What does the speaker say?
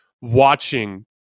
watching